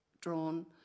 drawn